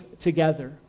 together